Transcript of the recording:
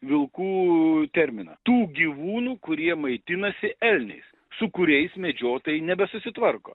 vilkų terminą tų gyvūnų kurie maitinasi elniais su kuriais medžiotojai nebesusitvarko